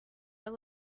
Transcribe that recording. are